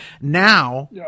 now